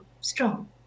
strong